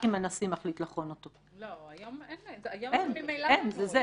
רק אם הנשיא מחליט לחון אותו.